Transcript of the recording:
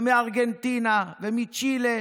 מארגנטינה ומצ'ילה